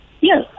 Yes